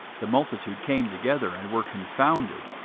the multitude came together, and were confounded,